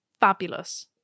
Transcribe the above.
Fabulous